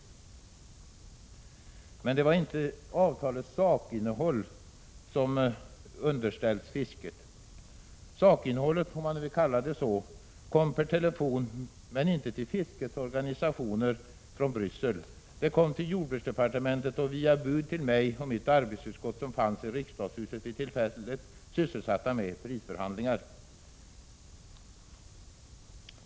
Det var emellertid inte avtalets sakinnehåll som underställdes fisket. Sakinnehållet — om man nu vill kalla det så — förmedlades per telefon från Bryssel. Men det kom inte till fiskets organisationer. Det kom till jordbruksdepartementet, och via bud till mig och mitt arbetsutskott som fanns i riksdagshuset vid tillfället, sysselsatta med prisförhandlingar.